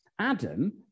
Adam